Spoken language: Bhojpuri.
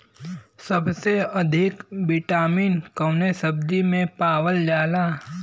सबसे अधिक विटामिन कवने सब्जी में पावल जाला?